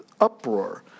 uproar